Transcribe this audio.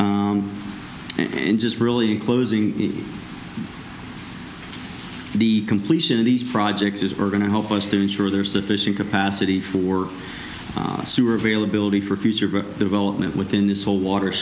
s and just really closing the completion of these projects is going to help us to ensure there sufficient capacity for sewer availability for future development within this whole water